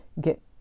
get